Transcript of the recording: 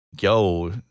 Yo